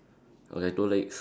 okay two legs